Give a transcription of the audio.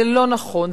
זה לא נכון,